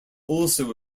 also